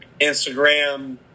Instagram